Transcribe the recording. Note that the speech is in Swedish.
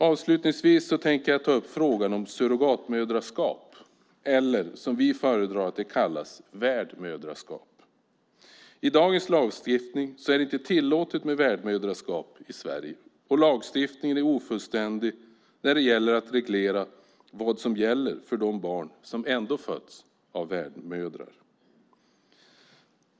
Avslutningsvis tänker jag ta upp frågan om surrogatmödraskap, eller som vi föredrar att det kallas, värdmödraskap. I dagens lagstiftning är det inte tillåtet med värdmödraskap i Sverige, och lagstiftningen är ofullständig när det gäller att reglera vad som gäller för de barn som ändå fötts av värdmödrar.